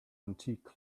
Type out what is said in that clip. antique